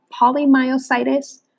polymyositis